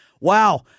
Wow